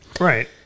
Right